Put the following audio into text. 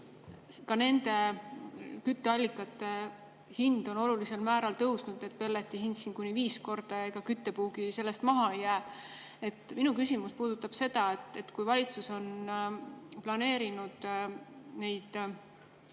ka nende kütteallikate hind on olulisel määral tõusnud, pelletite hind kuni viis korda ja ega küttepuugi sellest maha jää. Minu küsimus puudutab seda, et kui valitsus on planeerinud toetusi,